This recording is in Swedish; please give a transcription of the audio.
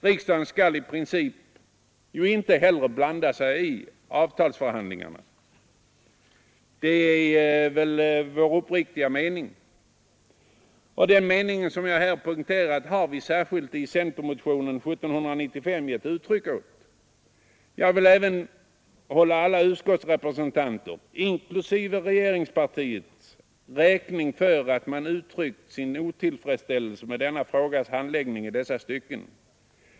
Riksdagen skall i princip inte blanda sig i avtalsförhandlingarna. Det är vår uppriktiga mening, och den meningen har vi givit uttryck åt i centermotionen 1795. Jag kan hålla alla utskottsrepresentanter — inklusive regeringspartiets — räkning för att man uttryckt sin otillfredsställelse med frågans handläggning i de stycken.